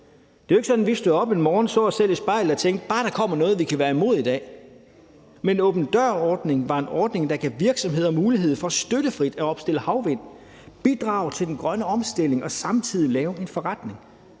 Det er jo ikke sådan, at vi stod op en morgen, så selv i spejlet og tænkte: Bare der kommer noget, vi kan være imod i dag. Men åben dør-ordningen var en ordning, der gav virksomheder mulighed for støttefrit at opstille havvindmøller, bidrage til den grønne omstilling og samtidig lave en forretning.